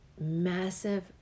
massive